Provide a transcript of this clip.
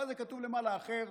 אבל כתוב למעלה "אחר".